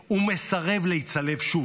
ומסרב להיצלב שוב.